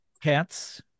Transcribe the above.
cats